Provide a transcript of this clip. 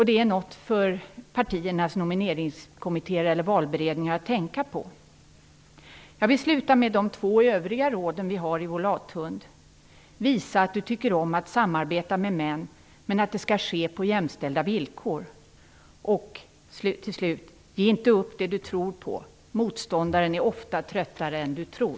Det är något för partiernas nomineringskommittéer eller valberedningar att tänka på. Jag vill sluta med de två övriga råden vi har i vår lathund: Visa att du tycker om att samarbeta med män, men att det skall ske på jämställda villkor! Ge inte upp det du tror på, motståndaren är ofta tröttare än du tror!